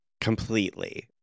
Completely